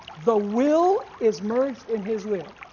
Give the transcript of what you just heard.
the will is merged in his will,